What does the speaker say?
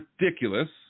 ridiculous